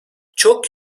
çok